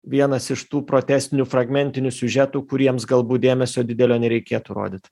vienas iš tų protestinių fragmentinių siužetų kuriems galbūt dėmesio didelio nereikėtų rodyt